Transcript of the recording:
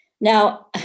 Now